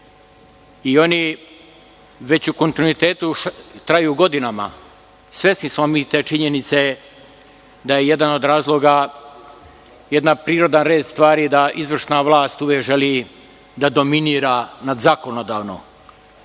i oni već u kontinuitetu traju godinama. Svesni smo mi te činjenice da je jedan od razloga, jedan prirodan red stvari da izvršna vlast uvek želi da dominira nad zakonodavnog.